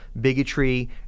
bigotry